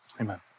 amen